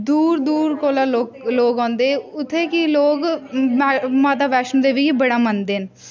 दूर दूर कोला लोक लोक औंदे उत्थे कि लोक माता बैश्णो देवी गी बड़ा मन्नदे न